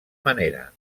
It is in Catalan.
manera